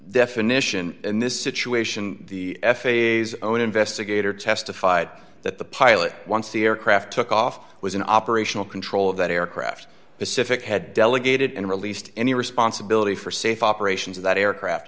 definition in this situation the f a a zone investigator testified that the pilot once the aircraft took off was an operational control of that aircraft pacific had delegated and released any responsibility for safe operations of that aircraft